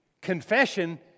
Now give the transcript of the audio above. Confession